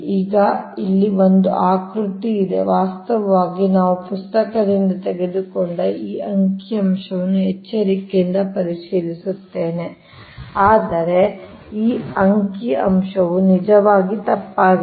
ಈಗ ಇಲ್ಲಿ ಒಂದು ಆಕೃತಿ ಇದೆ ವಾಸ್ತವವಾಗಿ ನಾನು ಪುಸ್ತಕದಿಂದ ತೆಗೆದುಕೊಂಡ ಈ ಅಂಕಿ ಅಂಶವನ್ನು ಎಚ್ಚರಿಕೆಯಿಂದ ಪರಿಶೀಲಿಸುತ್ತೇನೆ ಆದರೆ ಈ ಅಂಕಿ ಅಂಶವು ನಿಜವಾಗಿ ತಪ್ಪಾಗಿದೆ